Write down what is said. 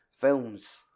films